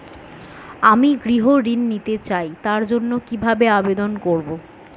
আমি গৃহ ঋণ নিতে চাই তার জন্য কিভাবে আবেদন করব?